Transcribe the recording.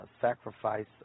sacrifice